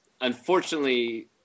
Unfortunately